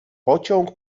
pociąg